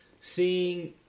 seeing